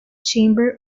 chamber